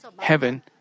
heaven